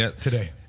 today